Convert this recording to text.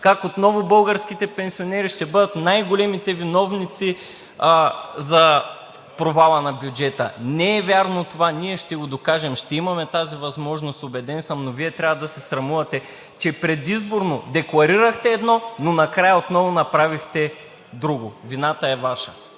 как отново българските пенсионери ще бъдат най големите виновници за провала на бюджета. Не е вярно това! Ние ще го докажем! Ще имаме тази възможност, убеден съм. Вие трябва да се срамувате, че предизборно декларирахте едно, но накрая отново направихте друго. Вината е Ваша!